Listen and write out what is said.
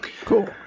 cool